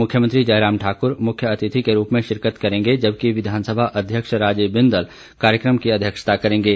मुख्यमंत्री जयराम ठाक्र मुख्य अतिथि के रूप में शिरकत करेंगे जबकि विधानसभा अध्यक्ष राजीव बिंदल कार्यक्रम की अध्यक्षता करेंगे